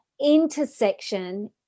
intersection